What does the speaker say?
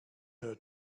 her